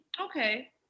Okay